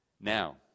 Now